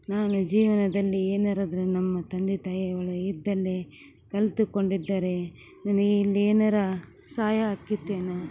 ನಾನು ಜೀವನದಲ್ಲಿ ಏನಾರು ಆದರೆ ನಮ್ಮ ತಂದೆ ತಾಯಿಗಳು ಇದ್ದಲ್ಲೇ ಕಲ್ತುಕೊಂಡಿದ್ದರೆ ನಾನು ಇಲ್ಲಿ ಏನಾರ ಸಹಾಯ ಆಕಿತ್ತೇನ